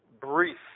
brief